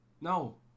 No